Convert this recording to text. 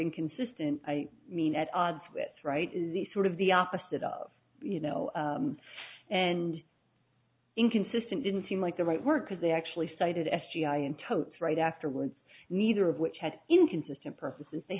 inconsistent i mean at odds with wright is the sort of the opposite of you know and inconsistent didn't seem like the right word because they actually cited s g i and totes right afterwards neither of which had inconsistent purposes they